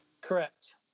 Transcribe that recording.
Correct